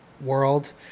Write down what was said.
world